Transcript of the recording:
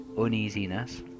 uneasiness